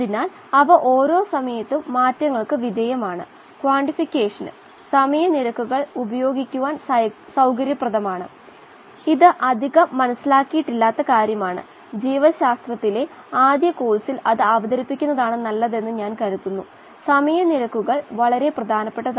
വിവിധ യൂണിറ്റുകളിൽ ഓക്സിജന്റെ സന്തുലിതാവസ്ഥയിൽ വിഭജിക്കുന്നത് ദ്രാവകത്തിലെ അലിഞ്ഞ ഓക്സിജന്റെ ഗാഢതയും നല്കുന്ന വായുവിലെ ഓക്സിജന്റെ ഗാഢതയും തമ്മിൽ ഒരു പ്രത്യേക ബന്ധമുണ്ട്